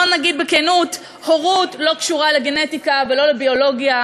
בוא נגיד בכנות: הורות לא קשורה לגנטיקה ולא לביולוגיה,